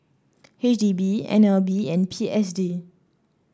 H D B N L B and P S D